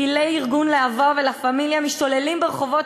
פעילי ארגון להב"ה ו"לה-פמיליה" משתוללים ברחובות